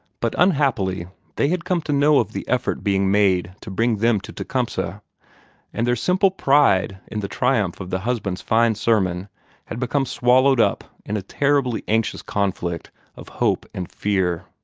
but unhappily they had come to know of the effort being made to bring them to tecumseh and their simple pride in the triumph of the husband's fine sermon had become swallowed up in a terribly anxious conflict of hope and fear.